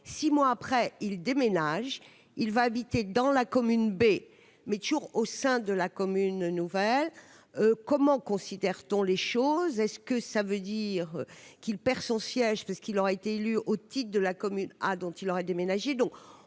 à 6 mois après il déménage, il va habiter dans la commune B mais toujours au sein de la commune nouvelle comment considère-t-on les choses est-ce que ça veut dire qu'il perd son siège puisqu'il en a été élu au titre de la commune à dont il aurait déménagé,